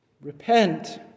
Repent